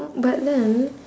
but then